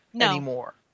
anymore